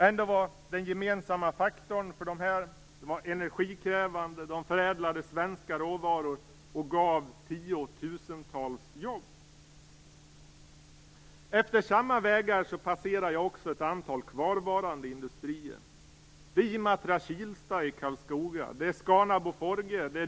Ändå var den gemensamma faktorn för dessa industrier att de var energikrävande, att de förädlade svenska råvaror och gav tiotusentals jobb. Efter samma vägar passerar jag också ett antal kvarvarande industrier. Det är Imatra Kilsta i Karlskoga. Det Scana Boforge.